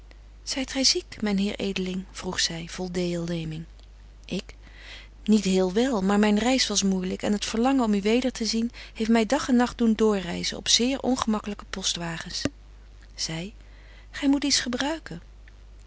zyt gy ziek myn heer edeling vroeg zy vol deelneming ik niet heel wel maar myn reis was moeilyk en het verlangen om u weder te zien heeft my dag en nagt doen doorreizen op zeer ongemakkelyke postwagens zy gy moet iets gebruiken